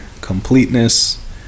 completeness